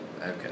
Okay